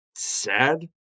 sad